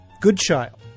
Goodchild